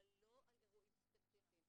אבל לא על אירועים ספציפיים.